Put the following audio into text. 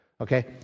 Okay